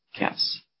Yes